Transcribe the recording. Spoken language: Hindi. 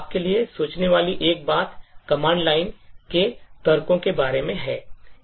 तो आपके लिए सोचने वाली एक बात command line के तर्कों के बारे में है